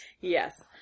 Yes